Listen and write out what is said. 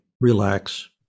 relax